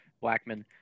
Blackman